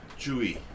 chewy